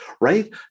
right